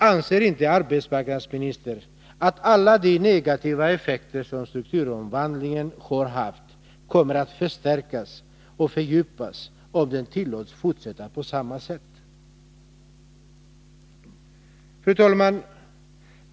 Anser inte arbetsmarknadsministern att alla de negativa effekter som strukturomvandlingen har haft kommer att förstärkas och fördjupas om den tillåts fortsätta på samma sätt? Fru talman!